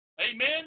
Amen